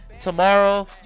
Tomorrow